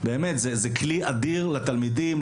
באמת זה כלי אדיר לתלמידים,